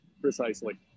Precisely